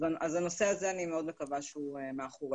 הנושא הזה, אני מאוד מקווה שהוא מאחורינו.